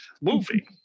movie